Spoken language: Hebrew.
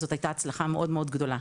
זו הייתה הצלחה מאוד גדולה.